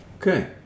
Okay